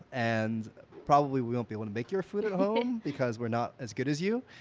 and probably won't be able to make your food at home because we're not as good as you,